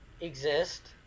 exist